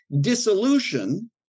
Dissolution